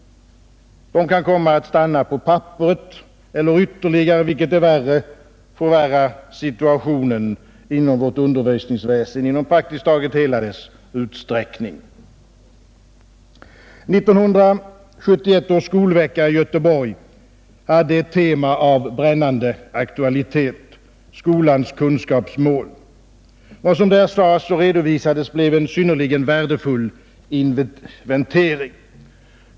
De kan komma att stanna på papperet eller ytterligare — vilket är värre — försämra situationen inom vårt undervisningsväsen i praktiskt taget hela dess utsträckning. 1971 års skolvecka i Göteborg hade ett tema av brännande aktualitet: skolans kunskapsmål. Vad som där redovisades blev en synnerligen värdefull inventering.